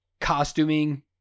costuming